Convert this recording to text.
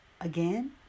Again